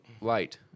light